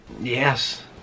yes